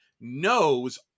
knows